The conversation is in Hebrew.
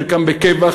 חלקם בקבע,